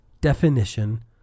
definition